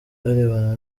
arebana